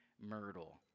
myrtle